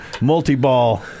multi-ball